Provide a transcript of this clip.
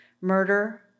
murder